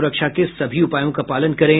सुरक्षा के सभी उपायों का पालन करें